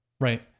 Right